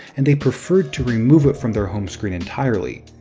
and they preferred to remove it from their home screen entirely.